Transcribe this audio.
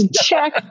Check